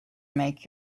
make